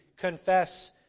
confess